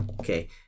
Okay